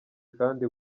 kandi